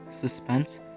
suspense